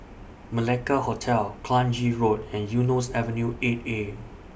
Malacca Hotel Kranji Road and Eunos Avenue eight A